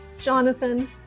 Jonathan